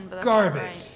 garbage